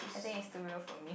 I think it's too real for me